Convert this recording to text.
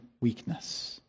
weakness